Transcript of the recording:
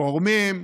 כורמים,